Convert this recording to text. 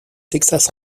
texas